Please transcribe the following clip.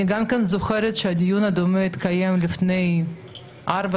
אני זוכרת שדיון דומה התקיים לפני ארבע